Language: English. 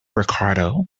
ricardo